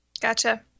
Gotcha